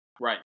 Right